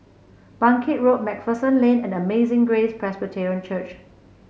Bangkit Road MacPherson Lane and Amazing Grace Presbyterian Church